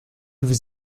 vous